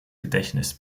gedächtnis